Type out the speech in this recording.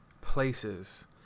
places